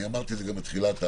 אמרתי את זה גם בתחילת הדיון,